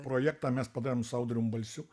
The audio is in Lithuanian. projektą mes padarėm su audrium balsiu